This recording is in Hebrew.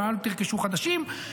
ואל תרכשו חדשים,